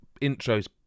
intro's